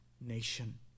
nation